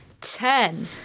Ten